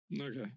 Okay